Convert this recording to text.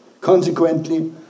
Consequently